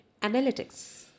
analytics